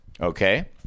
okay